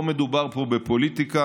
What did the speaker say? לא מדובר פה בפוליטיקה,